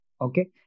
okay